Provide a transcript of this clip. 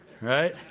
Right